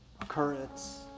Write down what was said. occurrence